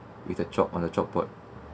with a chalk on the chalkboard